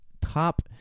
top